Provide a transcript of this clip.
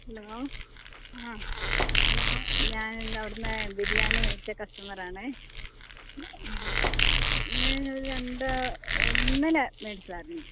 hello ആ hello ഞാനിന്ന് അവിടുന്ന് ബിരിയാണി മേടിച്ച കസ്റ്റമറാണ് നിങ്ങളെ ഞാനൊരു രണ്ട് ഇന്നലെ മേടിച്ചതായിരുന്നു